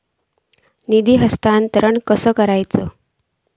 निधी हस्तांतरण कसा करुचा?